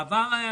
העבר,